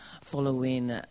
following